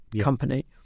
company